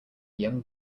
young